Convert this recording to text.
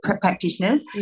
practitioners